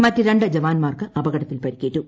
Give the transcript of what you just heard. മറ്റ് രണ്ട് ജ്വാൻമാർക്ക് അപകടത്തിൽ പരിക്കേറ്റു